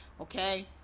okay